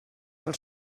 del